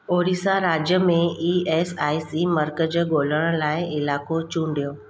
उड़ीसा राज्य में E S I C मर्कज़ु ॻोल्हण लाइ इलाइक़ो चूंडियो